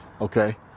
Okay